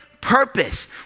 purpose